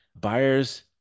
buyers